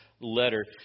letter